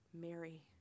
Mary